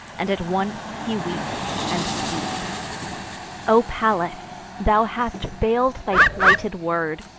and at once he weeps and speaks o pallas! thou hast fail'd thy plighted word,